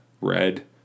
red